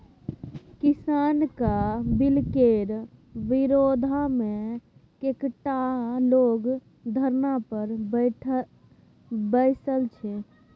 किसानक बिलकेर विरोधमे कैकटा लोग धरना पर बैसल छै